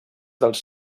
dels